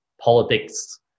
politics